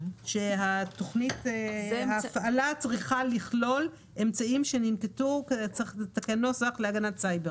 שתוכנית ההפעלה צריכה לכלול אמצעים שננקטו להגנת סייבר.